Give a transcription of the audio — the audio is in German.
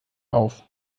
auf